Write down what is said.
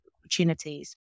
opportunities